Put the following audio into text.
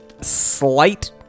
slight